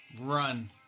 Run